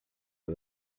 who